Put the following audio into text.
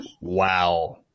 Wow